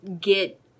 get